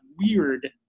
Weird